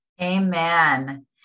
Amen